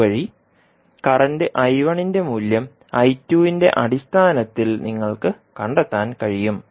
അതുവഴി കറന്റ് ന്റെ മൂല്യം ന്റെ അടിസ്ഥാനത്തിൽ നിങ്ങൾക്ക് കണ്ടെത്താൻ കഴിയും